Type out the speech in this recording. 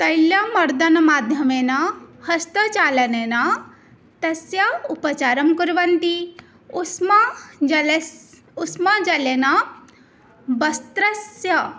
तैलं मर्दनमाध्यमेन हस्तचालनेन तस्य उपचारं कुर्वन्ति उष्णजलस् उष्णजलेन वस्त्रस्य